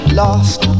lost